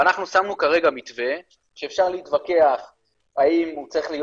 אנחנו שמנו כרגע מתווה שאפשר להתווכח האם הוא צריך להיות